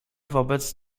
wobec